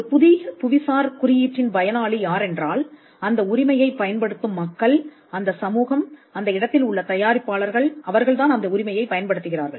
ஒரு புதிய புவிசார் குறியீட்டின் பயனாளி யாரென்றால் அந்த உரிமையை பயன்படுத்தும் மக்கள் அந்த சமூகம் அந்த இடத்தில் உள்ள தயாரிப்பாளர்கள் அவர்கள்தான் அந்த உரிமையை பயன்படுத்துகிறார்கள்